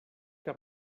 que